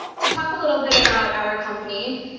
to talk a little bit about our company,